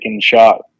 shot